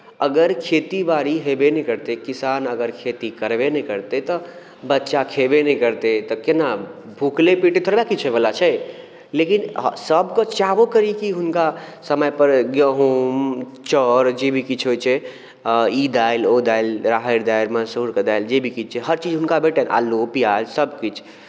अगर खेतीबाड़ी हेबे नहि करतै किसान अगर खेती करबे नहि करतै तऽ बच्चा खेबे नहि करतै तऽ केना भुखले पेट थोड़बे किछु होइवला छै लेकिन सभके चाहबो करी कि हुनका समयपर गहूँम चाउर जे भी किछु होइत छै ई दालि ओ दालि राहरि दालि मसुरिके दालि जे भी किछु छै हर चीज हुनका भेटनि आलू प्याज सभकिछु